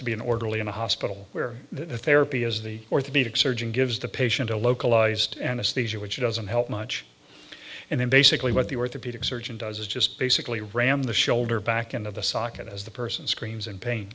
to be an orderly in a hospital where the therapy is the orthopedic surgeon gives the patient a localized anesthesia which doesn't help much and then basically what the orthopedic surgeon does is just basically ram the shoulder back into the socket as the person screams in pain